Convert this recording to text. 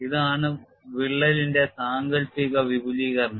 ഇതാണ് വിള്ളലിന്റെ സാങ്കൽപ്പിക വിപുലീകരണം